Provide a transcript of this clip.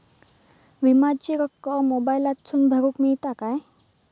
विमाची रक्कम मोबाईलातसून भरुक मेळता काय?